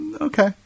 Okay